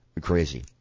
Crazy